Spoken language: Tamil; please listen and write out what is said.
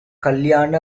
கல்யாண